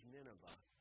Nineveh